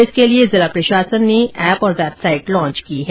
इसके लिए जिला प्रशासन ने एप और वेबसाइट लॉन्च की है